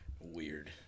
weird